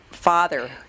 father